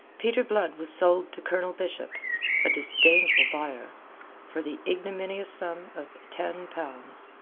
peter blood was sold to colonel bishop a disdainful buyer for the ignominious sum of ten pounds.